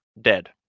dead